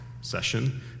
session